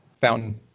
fountain